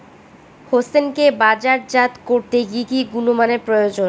হোসেনকে বাজারজাত করতে কি কি গুণমানের প্রয়োজন?